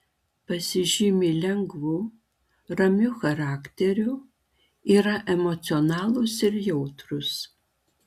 pasižymi lengvu ramiu charakteriu yra emocionalūs ir jautrūs